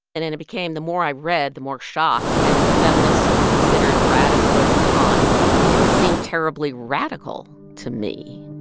and then it became the more i read, the more shocked and the feminists who considered radical at the time didn't seem terribly radical to me